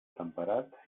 temperat